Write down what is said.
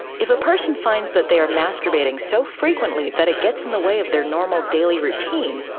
if a person finds that they are masturbating so frequently that it gets in the way of their normal daily routine,